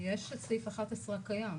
יש את סעיף 11 הקיים,